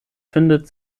findet